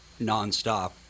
nonstop